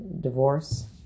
divorce